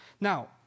Now